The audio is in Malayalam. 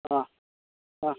ആ ആ